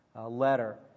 letter